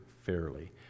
fairly